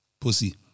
pussy